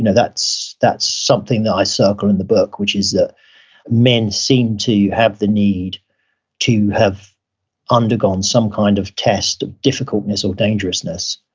and that's that's something that i circle in the book, which is that men seem to have the need to have undergone some kind of test of difficultness or dangerousness,